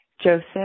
Joseph